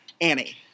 Annie